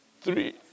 Three